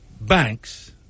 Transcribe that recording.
banks